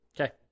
Okay